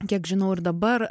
kiek žinau ir dabar